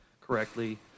correctly